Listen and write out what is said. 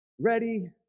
ready